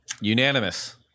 Unanimous